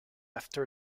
after